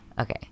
Okay